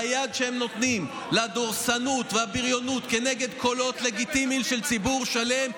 והיד שהם נותנים לדורסנות והבריונות כנגד קולות לגיטימיים של ציבור שלם,